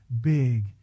big